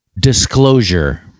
Disclosure